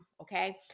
Okay